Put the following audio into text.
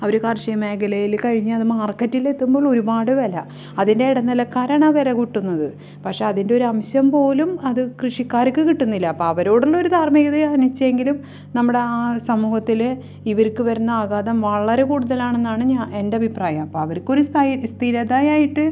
അവർ കാർഷിക മേഖലയിൽ കഴിഞ്ഞാൽ അത് മാർക്കറ്റിലെത്തുമ്പോൾ ഒരുപാട് വില അതിൻ്റെ ഇടനിലക്കാരനാണ് വില കൂട്ടുന്നത് പക്ഷെ അതിൻ്റൊരംശം പോലും അത് കൃഷിക്കാർക്ക് കിട്ടുന്നില്ല അപ്പം അവരോടുള്ളൊരു ധാർമ്മികതയാണിച്ചെങ്കിലും നമ്മുടെ ആ സമൂഹത്തിൽ ഇവർക്ക് വരുന്ന ആഘാതം വളരെ കൂടുതലാണെന്നാണ് ഞാ എൻ്റഭിപ്രായം അപ്പോൾ അവർക്കൊരു സ്ഥായി സ്ഥിരതയായിട്ട്